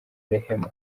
rehema